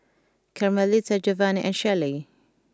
Carmelita Jovani and Shelley